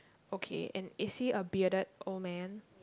okay and is he a bearded old man